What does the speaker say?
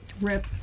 Rip